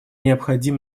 необходим